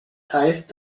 heißt